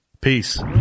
Peace